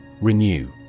Renew